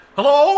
Hello